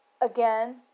again